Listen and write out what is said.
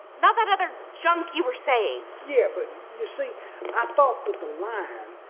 not that other junk you were saying. yeah, but you see, i thought that the line.